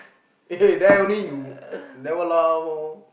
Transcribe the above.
eh there only you never laugh lor